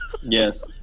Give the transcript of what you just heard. Yes